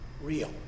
real